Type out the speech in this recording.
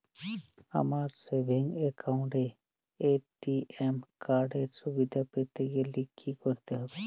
আমার savings account এ ATM card এর সুবিধা পেতে গেলে কি করতে হবে?